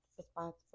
Responsible